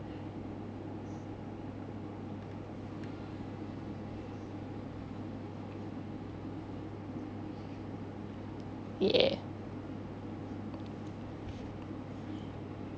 ya